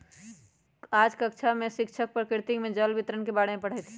आज कक्षा में शिक्षक प्रकृति में जल वितरण के बारे में पढ़ईथीन